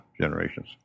generations